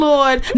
Lord